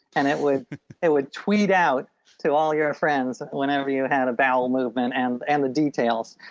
and it would it would tweet out to all your friends whenever you had bowel movement and and the details.